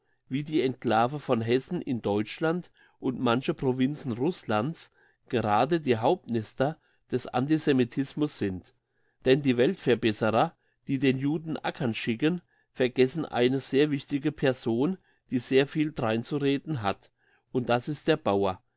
wie die enclave von hessen in deutschland und manche provinzen russlands gerade die hauptnester des antisemitismus sind denn die weltverbesserer die den juden ackern schicken vergessen eine sehr wichtige person die sehr viel dreinzureden hat und das ist der bauer